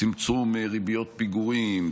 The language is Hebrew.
צמצום ריביות פיגורים,